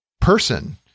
person